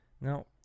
Now